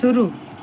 शुरू